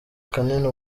kanini